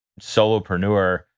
solopreneur